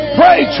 pray